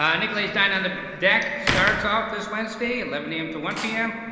um nicolet's dine on the deck starts off this wednesday, eleven a m. to one p m.